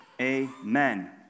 Amen